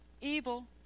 evil